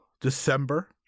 December